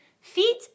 feet